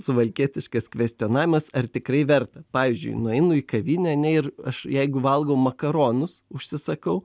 suvalkietiškas kvestionavimas ar tikrai verta pavyzdžiui nueinu į kavinę ane ir aš jeigu valgau makaronus užsisakau